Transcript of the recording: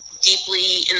deeply